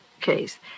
case